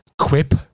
quip